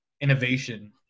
innovation